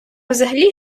взагалі